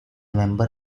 member